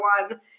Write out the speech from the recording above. one